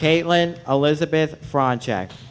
caitlin elizabeth project